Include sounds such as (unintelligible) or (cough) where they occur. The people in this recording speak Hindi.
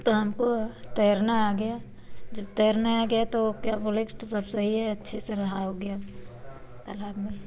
तो हमको तैरना आ गया जब तैरना आ गया तो क्या बोले (unintelligible) सब सही है अच्छे से नहाओगे तालाब में